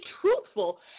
truthful